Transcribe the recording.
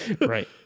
Right